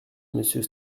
monsieur